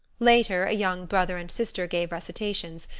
later a young brother and sister gave recitations,